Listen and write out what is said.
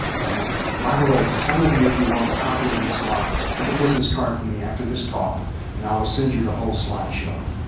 by the way for some of you if you want a copy of these slides, get a business card for me after this talk and i will send you the whole slideshow.